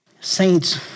Saints